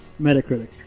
Metacritic